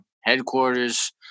headquarters